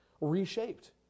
reshaped